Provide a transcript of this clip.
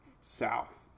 south